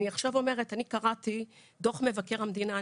אני קראתי את דוח מבקר המדינה.